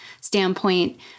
standpoint